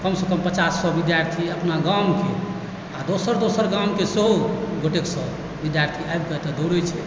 कम सँ कम पचास सए विद्यार्थी अपना गामके आओर दोसर दोसर गामके सेहो गोटैक सए विद्यार्थी आबिकऽ एतय दौड़ै छै